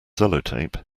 sellotape